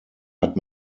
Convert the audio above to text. hat